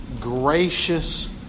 gracious